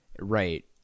Right